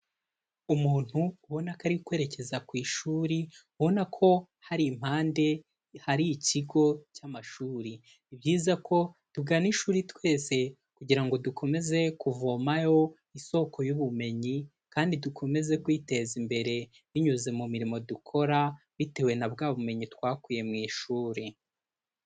Umuntu ubona ko ari kwerekeza ku ishuri, ubona ko hari impande hari ikigo cy'amashuri, ni byiza ko tugana ishuri twese kugira ngo dukomeze kuvomayo isoko y'ubumenyi kandi dukomeze kwiteza imbere binyuze mu mirimo dukora, bitewe na bwa bumenyi twakuye mu ishuri.